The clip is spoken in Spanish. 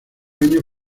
año